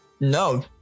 No